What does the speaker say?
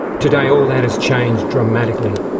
today, all that has changed dramatically.